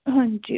ਹਾਂਜੀ